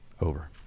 Over